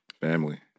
Family